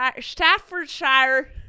staffordshire